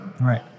right